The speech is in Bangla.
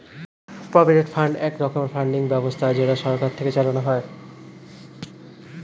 প্রভিডেন্ট ফান্ড এক রকমের ফান্ডিং ব্যবস্থা যেটা সরকার থেকে চালানো হয়